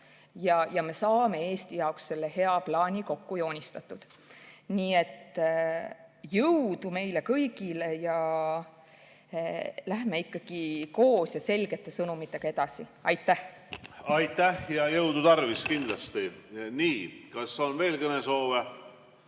ja me saame Eesti jaoks hea plaani kokku joonistatud. Jõudu meile kõigile ja läheme ikkagi koos ja selgete sõnumitega edasi! Aitäh! Aitäh! Jõudu tarvis, kindlasti! Nii, kas on veel kõnesoove?